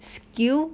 skill